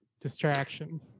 distraction